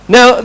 Now